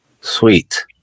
Sweet